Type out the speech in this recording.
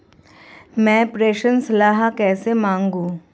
मैं प्रेषण सलाह कैसे मांगूं?